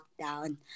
Lockdown